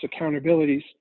accountabilities